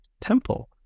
temple